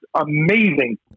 amazing